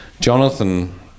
Jonathan